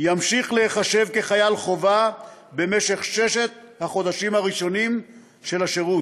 ימשיך להיחשב כחייל חובה במשך ששת החודשים הראשונים של השירות,